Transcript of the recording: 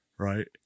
Right